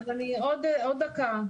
עוד דקה.